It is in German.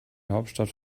hauptstadt